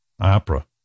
opera